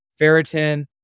Ferritin